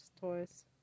toys